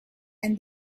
and